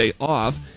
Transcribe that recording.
off